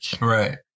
Right